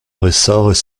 ressorts